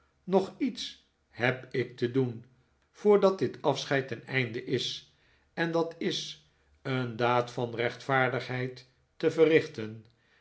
nog iets heb ik te doen voordat dit afscheid ten einde is en dat is een daad van rechtvaardigheid te verrichten